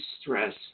stress